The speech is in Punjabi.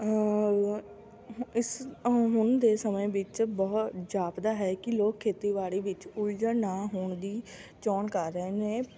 ਇਸ ਹੁਣ ਦੇ ਸਮੇਂ ਵਿੱਚ ਬਹੁਤ ਜਾਪਦਾ ਹੈ ਕਿ ਲੋਕ ਖੇਤੀਬਾੜੀ ਵਿੱਚ ਉਲਝਣ ਨਾ ਹੋਣ ਦੀ ਚੋਣ ਕਰ ਰਹੇ ਨੇ